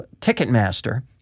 Ticketmaster